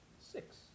Six